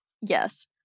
Yes